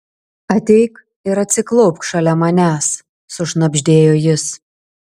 ateik ir atsiklaupk šalia manęs sušnabždėjo jis